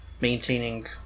maintaining